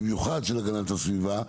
במיוחד של הגנת הסביבה,